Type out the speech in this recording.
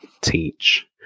teach